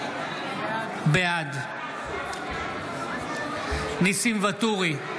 בעד ניסים ואטורי,